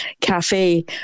Cafe